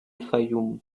fayoum